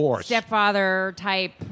stepfather-type